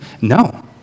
No